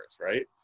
right